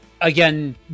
Again